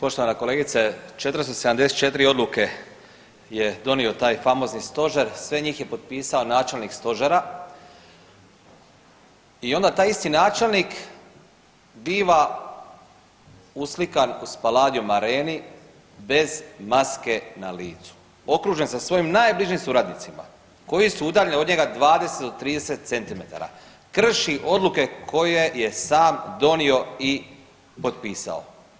Poštovana kolegice, 474 odluke je donio taj famozni stožer, sve njih je potpisao načelnik stožera i onda taj isti načelnik biva uslikan u Spaladium Areni bez maske na licu okružen sa svojim najbližim suradnicima koji su udaljeni od njega 20 do 30 centimetara, krši odluke koje je sam donio i potpisao.